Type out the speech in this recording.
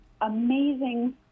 amazing